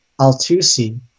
Al-Tusi